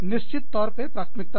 निश्चित तौर पर प्राथमिकता दें